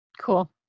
Cool